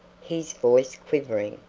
his voice quivering.